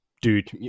Dude